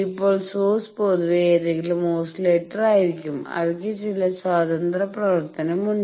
ഇപ്പോൾ സോഴ്സ് പൊതുവെ ഏതെങ്കിലും ഓസിലേറ്റർ ആയിരിക്കും അവയ്ക്ക് ചില സ്വതന്ത്ര പ്രവർത്തനം ഉണ്ട്